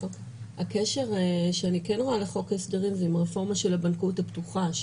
הקשר שאני כן רואה לחוק ההסדרים זה מהרפורמה של הבנקאות הפתוחה.